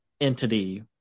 entity